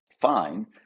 fine